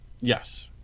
Yes